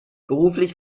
beruflich